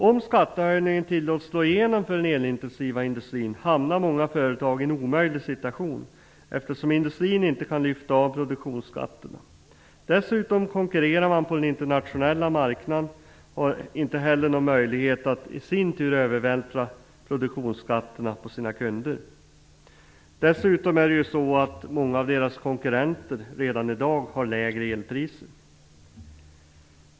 Om skattehöjningen tillåts slå igenom för den elintensiva industrin hamnar många företag i en omöjlig situation, eftersom industrin inte kan lyfta av produktionsskatterna. Man konkurrerar också på den internationella marknaden och har inte någon möjlighet att i sin tur övervältra produktionsskatterna på sina kunder. Dessutom har många av deras konkurrenter redan i dag lägre elpriser.